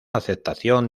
aceptación